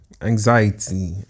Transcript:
anxiety